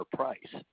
price